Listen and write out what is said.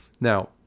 Now